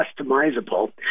customizable